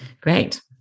Great